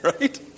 Right